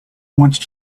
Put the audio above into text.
once